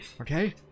Okay